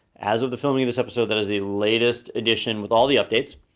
as of the filming of this episode, that is the latest edition with all the updates.